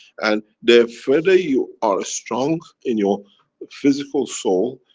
and the further you are strong in your physical soul,